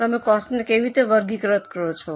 તમે કોસ્ટને કેવી રીતે વર્ગીકૃત કરો છો